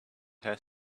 her